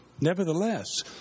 nevertheless